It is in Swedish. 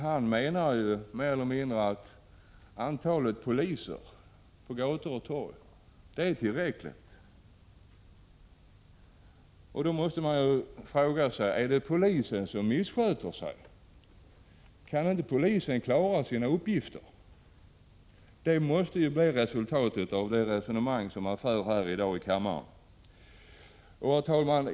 Han anser tydligen att antalet poliser på gator och torg är tillräckligt. Då måste jag ställa frågan: Är det polisen som missköter sig? Kan inte polisen klara sina uppgifter? Det måste ju vara innebörden i det resonemang som förs av utskottsmajoritetens talesman här i kammaren. Herr talman!